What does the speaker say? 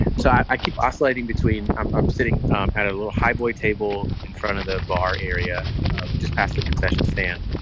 so i keep oscillating between i'm i'm sitting at a little high boy table in front of the bar area just pass the concession stand.